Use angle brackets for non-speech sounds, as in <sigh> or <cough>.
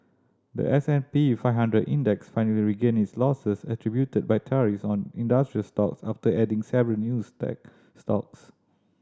the S and P five hundred Index finally regained its losses attributed by tariffs on industrial stock after adding several new <unintelligible> stocks